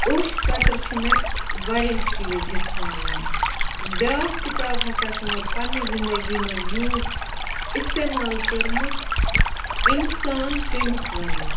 اوٚش قترٕ چھِ مےٚ واریاہ چیٖز ہیٚچھناوان بیاکھ کِتاب ہسا چھِ مےٚ پَنٕنہِ زِندگی منٛز یوٗز اِستعمال کٔرمٕژ اِنسان کٔمِس وَنو